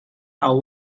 are